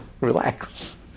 Relax